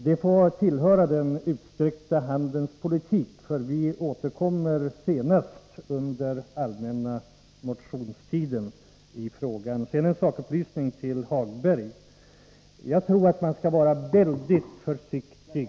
Det kanske kan hänföras till den utsträckta handens politik, för vi återkommer till frågan senast under den allmänna motionstiden. Jag vill också lämna en sakupplysning till Lars-Ove Hagberg: Jag tror att man skall vara väldigt försiktig ———.